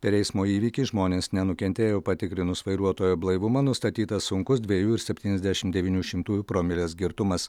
per eismo įvykį žmonės nenukentėjo patikrinus vairuotojo blaivumą nustatytas sunkus dviejų ir septyniasdešimt devynių šimtųjų promilės girtumas